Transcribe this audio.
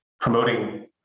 promoting